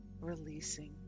releasing